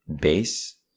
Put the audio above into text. base